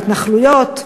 ההתנחלויות,